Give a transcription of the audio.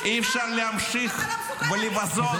זה הלוחמים.